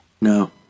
No